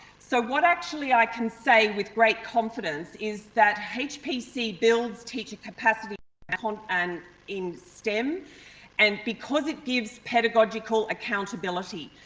so, what actually i can say with great confidence is that hpc builds teacher capacity and and in stem and because it gives pedagogical accountability.